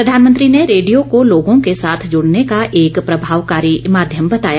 प्रधानमंत्री ने रेडियो को लोगों के साथ जुड़ने का एक प्रभावकारी माध्यम बताया